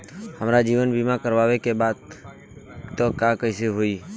हमार जीवन बीमा करवावे के बा त कैसे होई?